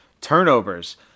Turnovers